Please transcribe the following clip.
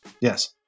Yes